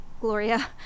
Gloria